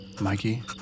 Mikey